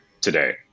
today